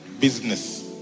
business